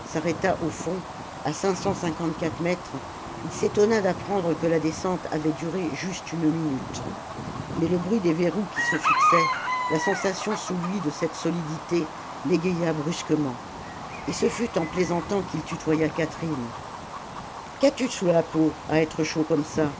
au fond à cinq cent cinquante-quatre mètres il s'étonna d'apprendre que la descente avait duré juste une minute mais le bruit des verrous qui se fixaient la sensation sous lui de cette solidité l'égaya brusquement et ce fut en plaisantant qu'il tutoya catherine qu'as-tu sous la peau à être chaud comme ça